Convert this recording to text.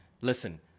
Listen